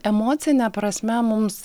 emocine prasme mums